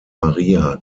maria